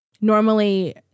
normally